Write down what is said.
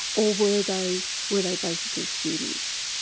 or were they were they basically students?